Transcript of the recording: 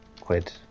quid